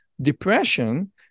Depression